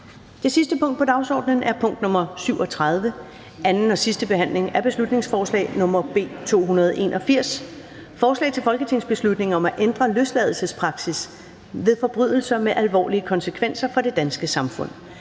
Det sidste punkt på dagsordenen er: 37) 2. (sidste) behandling af beslutningsforslag nr. B 281: Forslag til folketingsbeslutning om at ændre løsladelsespraksis ved forbrydelser med alvorlige konsekvenser for det danske samfund.